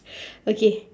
okay